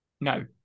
no